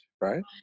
right